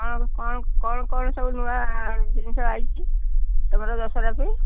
ଆଉ କ'ଣ କ'ଣ ସବୁ ନୂଆ ଜିନିଷ ଆଇଛି ତମର ଦଶହରା ପାଇଁ